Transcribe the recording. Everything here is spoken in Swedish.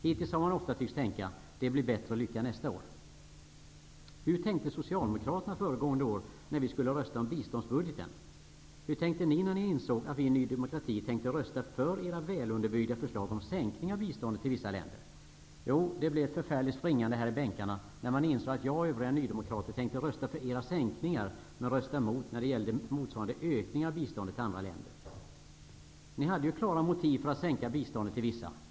Hittills har man ofta tyckts tänka att det blir bättre lycka nästa år. Hur tänkte Socialdemokraterna föregående år när vi skulle rösta om biståndsbudgeten? Hur tänkte ni när ni insåg att vi i Ny demokrati tänkte rösta för era välunderbyggda förslag om sänkning av biståndet till vissa länder. Jo, det blev ett förfärligt springande här i bänkarna när man insåg att jag och övriga nydemokrater tänkte rösta för era sänkningar men rösta mot när det gällde motsvarande ökningar av biståndet till andra länder. Ni hade ju klara motiv för att sänka biståndet till vissa.